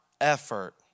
effort